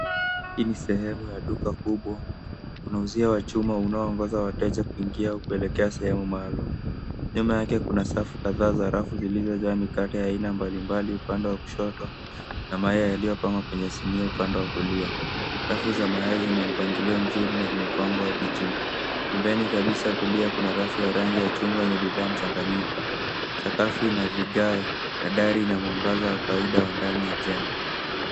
Hii ni sehemu ya duka kubwa. Kuna uzia wa chuma unaoongoza wateja kuingia au kuelekea sehemu maalum. Nyuma yake kuna safu kadhaa za rafu zilizojaa mikate ya aina mbalimbali upande wa kushoto na mayai yaliyopangwa kwenye sinia upande wa kulia. Dafu za mayai zina mpangilio mzuri na zimepangwa hadi juu. Pembeni kabisa kwa kulia kuna rafu ya rangi ya chungwa yenye bidhaa mchanganyiko. Sakafu ina vigae na dari ina mwangaza wa kawaida wa ndani ya jengo.